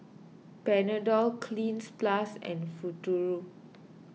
Panadol Cleanz Plus and Futuro